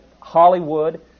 Hollywood